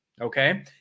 okay